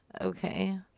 Okay